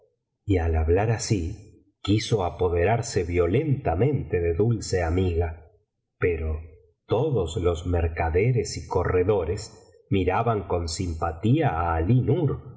y al hablar así quiso apoderarse violentamente de dulce amiga pero todos los mercaderes y corredores miraban con simpatía á